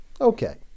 Okay